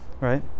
Right